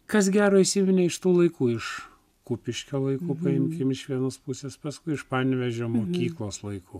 kas gero įsiminė iš tų laikų iš kupiškio laikų paimkim iš vienos pusės paskui iš panėvežio mokyklos laikų